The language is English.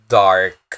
dark